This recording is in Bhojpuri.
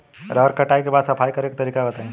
रहर के कटाई के बाद सफाई करेके तरीका बताइ?